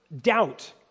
doubt